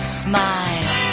smile